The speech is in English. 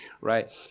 right